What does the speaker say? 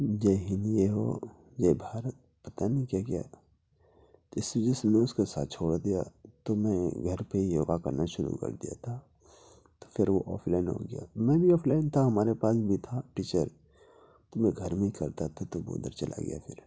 جے ہند جے ہو یا جے بھارت پتہ نہیں کیا کیا اس وجہ سے میں اس کے ساتھ چھوڑ دیا تو میں گھر پہ ہی یوگا کرنا شروع کردیا تھا تو پھر وہ آف لائن ہوگیا میں بھی آف لائن تھا ہمارے پاس بھی تھا ٹیچر تو میں گھر میں ہی کرتا تھا تو وہ ادھر چلا گیا پھر